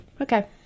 Okay